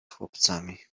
chłopcami